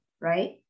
right